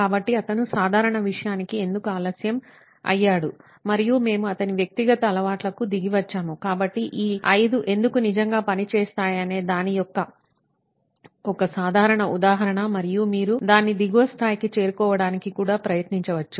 కాబట్టి అతను సాధారణ విషయానికి ఎందుకు ఆలస్యం అయ్యాడు మరియు మేము అతని వ్యక్తిగత అలవాట్లకు దిగి వచ్చాము కాబట్టి ఈ 5 ఎందుకు నిజంగా పని చేస్తాయనే దాని యొక్క ఒక సాధారణ ఉదాహరణ మరియు మీరు దాని దిగువ స్థాయికి చేరుకోవడానికి కూడా ప్రయత్నించవచ్చు